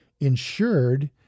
insured